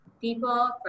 people